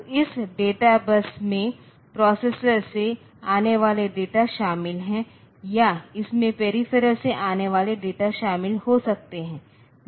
तो इस data bus में प्रोसेसर से आने वाला डेटा शामिल है या इसमें पेरीफेरल से आने वाले डेटा शामिल हो सकते हैं